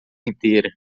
inteira